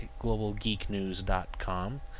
globalgeeknews.com